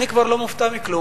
אני כבר לא מופתע מכלום.